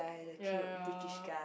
ya ya ya